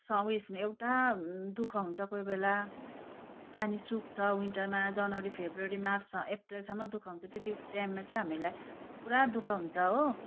स उयेसमा एउटा दुःख हुन्छ कोही बेला पानी सुक्छ विन्टरमा जनवरी फरवरी मार्च अप्रेलसम्म दु ख हुन्छ त्यति टाइममा चाहिँ हामीलाई पुरा दु ख हुन्छ हो